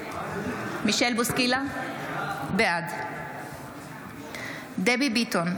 בעד דבי ביטון,